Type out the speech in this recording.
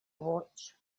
watch